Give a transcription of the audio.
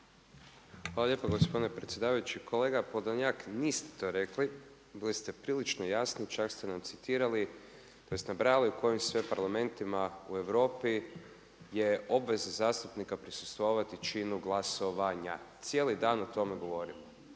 Hvala lijepa gospodine predsjedavajući. Kolega Podolnjak, niste to rekli, bili ste prilično jasni, čak ste nam citirali, tj. nabrajali u kojim sve parlamentima u Europi je obveza zastupnika prisustvovati činu glasovanja, cijeli dan o tome govorimo.